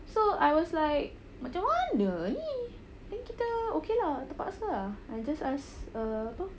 so I was like macam mana ni then kita okay lah terpaksa lah I just ask uh apa